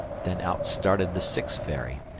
then out started the sixth fairy,